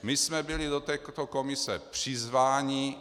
My jsme byli do této komise přizváni.